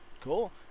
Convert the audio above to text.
cool